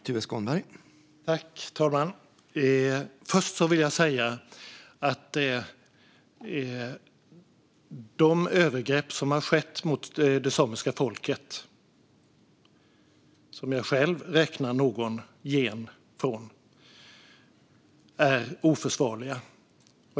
Herr talman! Först vill jag säga att de övergrepp som har skett mot det samiska folket, som jag själv räknar någon gen från, är oförsvarliga.